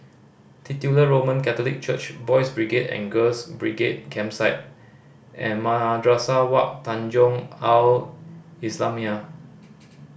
Titular Roman Catholic Church Boys' Brigade and Girls' Brigade Campsite and Madrasah Wak Tanjong Al Islamiah